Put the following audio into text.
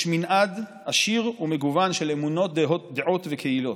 יש מנעד עשיר ומגוון של אמונות, דעות וקהילות,